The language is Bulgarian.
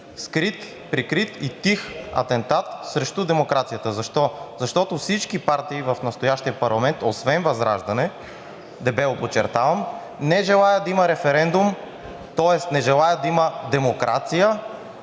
скрит, прикрит и тих атентат срещу демокрацията. Защо? Защото всички партии в настоящия парламент, освен ВЪЗРАЖДАНЕ, дебело подчертавам, не желаят да има референдум, тоест не желаят да има демокрация